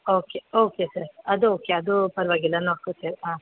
okay okay sir ಅದು okay ಅದೂ ಪರವಾಗಿಲ್ಲ ನೋಡ್ಕೊಳ್ತೇವೆ ಹಾಂ